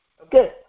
Okay